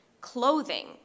clothing